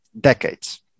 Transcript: decades